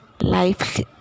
life